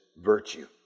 virtue